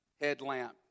headlamp